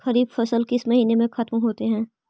खरिफ फसल किस महीने में ख़त्म होते हैं?